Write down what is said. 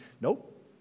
Nope